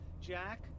Jack